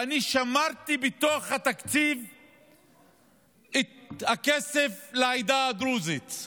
אני שמרתי בתוך התקציב את הכסף לעדה הדרוזית.